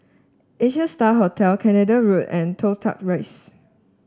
Asia Star Hotel Canada Road and Toh Tuck Rise